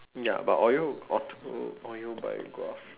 ya but audio auto audio biography